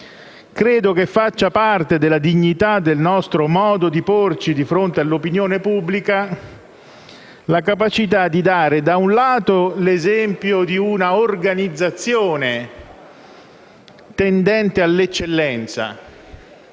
Credo che faccia parte della dignità del nostro modo di porci di fronte all'opinione pubblica la capacità di dare da un lato l'esempio di una organizzazione tendente all'eccellenza